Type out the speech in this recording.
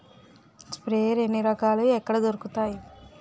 Sprayer ఎన్ని రకాలు? ఎక్కడ దొరుకుతాయి?